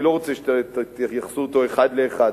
אני לא רוצה שתייחסו אותו אחד לאחד,